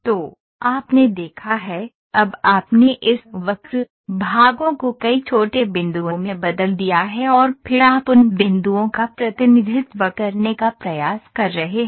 तो आपने देखा है अब आपने इस वक्र भागों को कई छोटे बिंदुओं में बदल दिया है और फिर आप उन बिंदुओं का प्रतिनिधित्व करने का प्रयास कर रहे हैं